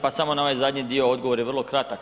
Pa samo na ovaj zadnji dio odgovor je vrlo kratak.